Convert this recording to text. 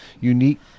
unique